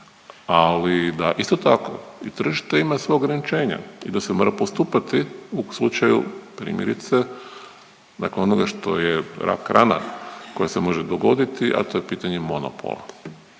ali da isto tako i tržište ima svoja ograničenja i da se mora postupati u slučaju primjerice dakle onoga što je rak rana koja se može dogoditi, a to je pitanje monopola.